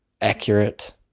accurate